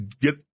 get